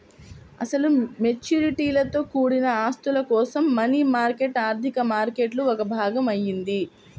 అసలు మెచ్యూరిటీలతో కూడిన ఆస్తుల కోసం మనీ మార్కెట్ ఆర్థిక మార్కెట్లో ఒక భాగం అయింది